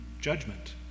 judgment